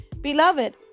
Beloved